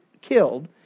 killed